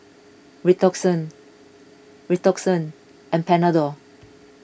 Redoxon Redoxon and Panadol